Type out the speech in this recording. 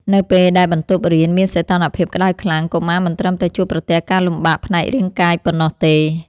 នៅពេលដែលបន្ទប់រៀនមានសីតុណ្ហភាពក្តៅខ្លាំង កុមារមិនត្រឹមតែជួបប្រទះការលំបាកផ្នែករាងកាយប៉ុណ្ណោះទេ។